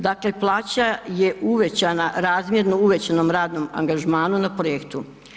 Dakle, plaća je uvećana razmjerno uvećanom radnom angažmanu na projektu.